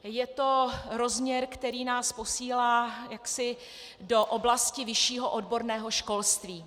Je to rozměr, který nás posílá jaksi do oblasti vyššího odborného školství.